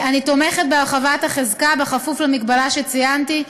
אני תומכת בהרחבת החזקה בכפוף למגבלה שציינתי,